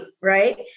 right